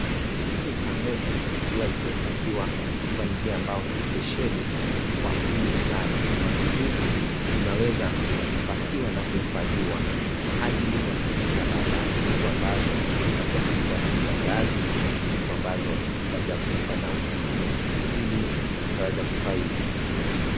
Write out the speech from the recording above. Nyasi za ngombe zikiwa zimepakiwa kwa njia ambao ni (CS)spesheli(CS) kwa uuzaji. Nyasi hizi zimeweza kupakiwa na kuhifadhiwa kwa ajili ya siku za badae. Siku ambazo labda kutakua na kiyangazi, siku ambazo labda kutakua na ukame, ili ikaweza kufaidi mkulima.